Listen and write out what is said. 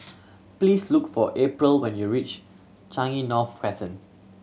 please look for April when you reach Changi North Crescent